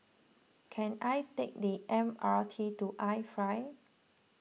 can I take the M R T to iFly